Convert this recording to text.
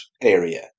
area